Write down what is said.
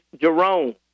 Jerome